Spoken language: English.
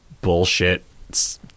bullshit